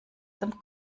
dem